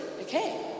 okay